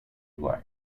life